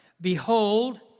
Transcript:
Behold